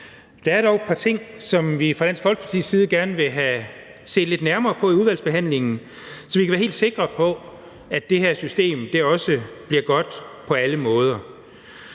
Der er dog et par ting, som vi fra Dansk Folkepartis side gerne vil se lidt nærmere på i udvalgsbehandlingen, så vi kan være helt sikre på, at det her system også bliver godt på alle måder.